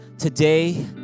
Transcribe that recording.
Today